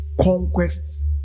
conquest